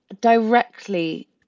directly